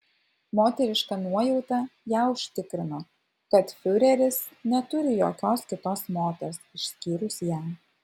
moteriška nuojauta ją užtikrino kad fiureris neturi jokios kitos moters išskyrus ją